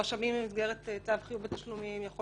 רשמים במסגרת צו חיוב בתשלומים יכול